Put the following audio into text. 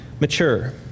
mature